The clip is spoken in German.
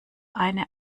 eine